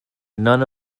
none